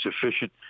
sufficient